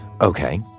Okay